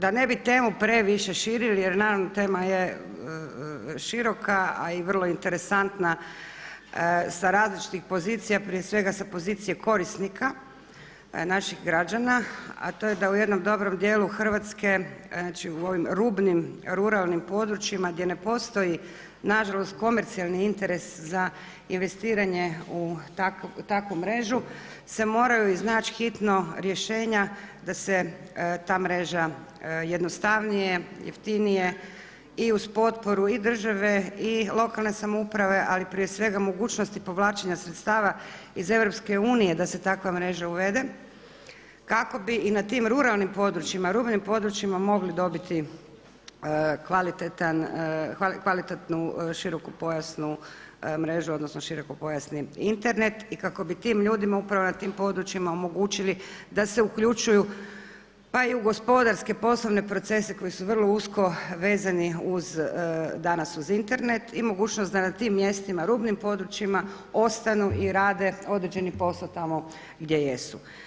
Da ne bi temu previše širili jer naravno tema je široka, a i vrlo interesantna sa različitih pozicija prije svega sa pozicije korisnika naših građana, a to je da u jednom dobrom dijelu Hrvatske znači u ovim rubnim ruralnim područjima gdje ne postoji nažalost komercijalni interes za investiranje u takvu mrežu, se moraju iznaći hitno rješenja da se ta mreža jednostavnije, jeftinije i uz potporu i države i lokalne samouprave, ali prije svega mogućnosti povlačenja sredstava iz EU da se takva mreža uvede, kako bi i na tim ruralnim područjima, rubnim područjima mogli dobiti kvalitetnu širokopojasnu mrežu odnosno širokopojasni Internet i kako bi tim ljudima upravo na tim područjima omogućili da se uključuju pa i u gospodarske poslovne procese koji su vrlo usko vezani danas uz Internet i mogućnost da na tim mjestima, rubnim područjima ostanu i rade određeni posao tamo gdje jesu.